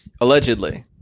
Allegedly